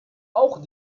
auch